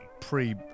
pre